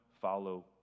follow